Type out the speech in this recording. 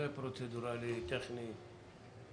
הצבעה בעד, 5 אושר.